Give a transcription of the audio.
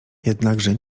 jednakże